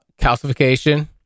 calcification